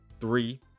three